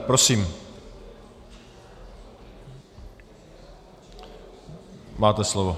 Prosím, máte slovo.